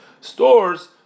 stores